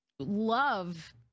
love